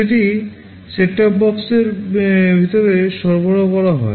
সেটি set top বক্সের ভিতরে সরবরাহ করা হয়